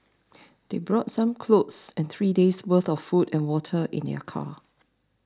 they brought some clothes and three days worth of food and water in their car